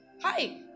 Hi